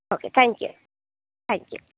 okay thank you thank you